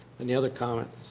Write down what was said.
any other comments?